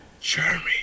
Jeremy